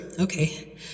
okay